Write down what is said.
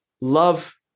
love